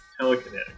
Telekinetic